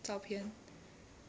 照片